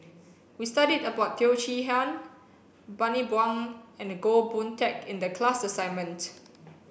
we studied about Teo Chee Hean Bani Buang and Goh Boon Teck in the class assignment